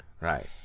Right